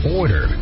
order